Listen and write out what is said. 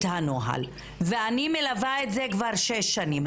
הנוהל ואני מלווה את זה כבר שש שנים.